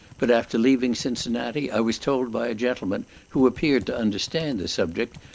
but after leaving cincinnati, i was told by a gentleman who appeared to understand the subject,